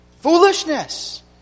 Foolishness